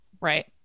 right